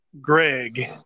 Greg